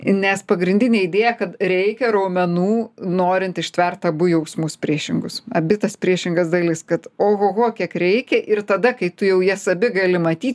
nes pagrindinė idėja kad reikia raumenų norint ištvert abu jausmus priešingus abi tas priešingas dalis kad ohoho kiek reikia ir tada kai tu jau jas abi gali matyt